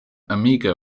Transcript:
amiga